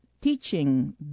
teaching